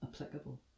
applicable